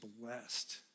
blessed